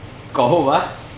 got hope ah